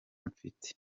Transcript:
mfite